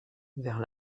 vers